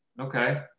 Okay